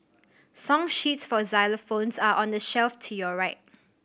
song sheets for xylophones are on the shelf to your right